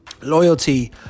loyalty